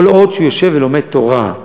כל עוד הוא יושב ולומד תורה.